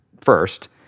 first